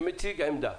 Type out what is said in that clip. שמציג עמדה.